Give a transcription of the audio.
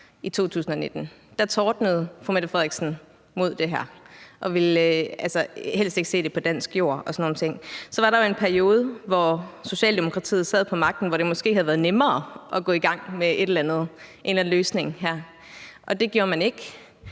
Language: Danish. i 2019, tordnede hun mod det her og ville helst ikke se det på dansk jord og sådan nogle ting. Så var der en periode, hvor Socialdemokratiet sad på magten, og hvor det måske havde været nemmere at gå i gang med et eller andet end at løse det her, men det gjorde man ikke.